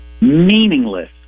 meaningless